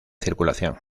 circulación